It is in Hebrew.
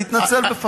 להתנצל בפניו.